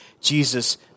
Jesus